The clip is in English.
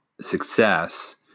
success